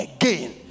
again